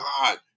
God